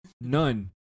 none